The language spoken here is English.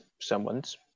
someone's